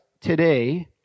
today